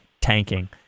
tanking